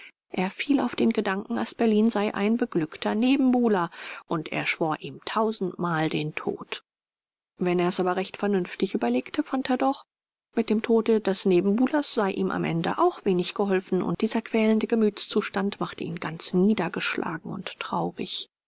er fiel auf den gedanken asperlin sei ein beglückter nebenbuhler und er schwor ihm tausendmal den tod wenn er es aber recht vernünftig überlegte fand er doch mit dem tode des nebenbuhlers sei ihm am ende auch wenig geholfen und dieser quälende gemütszustand machte ihn ganz niedergeschlagen und traurig